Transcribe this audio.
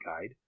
guide